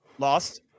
Lost